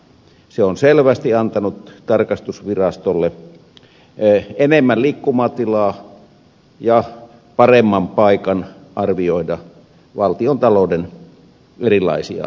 se on selvästi antanut tarkastusvirastolle enemmän liikkumatilaa ja paremman paikan arvioida valtiontalouden erilaisia asioita